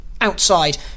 Outside